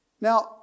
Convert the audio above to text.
Now